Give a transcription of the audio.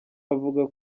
avuga